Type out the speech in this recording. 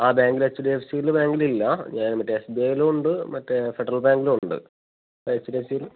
ആ ബാങ്കിൽ H D F സിയിൽ ബാങ്കിലില്ല ഞാൻ മറ്റേ എസ് ബി ഐയിലും ഉണ്ട് മറ്റേ ഫെഡറൽ ബാങ്കിലും ഉണ്ട് ഇപ്പം എച്ച് ഡി എഫ് സിയിൽ